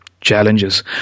challenges